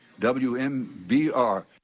WMBR